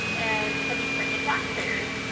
and from ukrainian taxpayers.